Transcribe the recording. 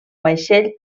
vaixell